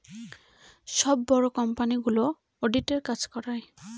সব বড়ো কোম্পানিগুলো অডিটের কাজ করায়